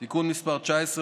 תיקון מס' 19,